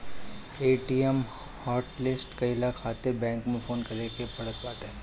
ATM hotlist कईला खातिर bank में फोन करे के पड़त बाटे